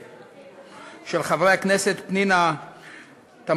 של חברי הכנסת פנינה תמנו-שטה,